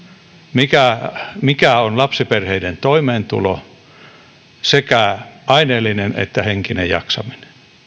mikä mikä on lapsiperheiden toimeentulo sekä aineellinen että henkinen jaksaminen